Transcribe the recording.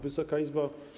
Wysoka Izbo!